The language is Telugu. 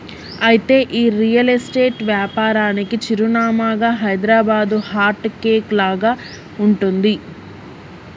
అయితే ఈ రియల్ ఎస్టేట్ వ్యాపారానికి చిరునామాగా హైదరాబాదు హార్ట్ కేక్ లాగా ఉంటుంది